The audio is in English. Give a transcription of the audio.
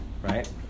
Right